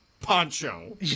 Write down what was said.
Poncho